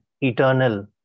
eternal